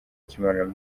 cy’imibonano